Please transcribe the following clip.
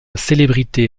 célébrité